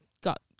got